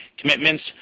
commitments